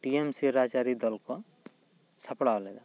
T M C ᱨᱟᱡᱽᱟᱹᱨᱤ ᱫᱚᱞ ᱠᱚ ᱥᱟᱯᱲᱟᱣ ᱞᱮᱫᱟ